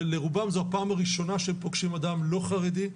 ולרובם זו הפעם הראשונה שהם פוגשים אדם לא חרדי.